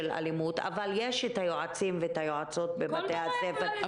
אלימות אבל יש את היועצים ואת היועצות בבתי הספר.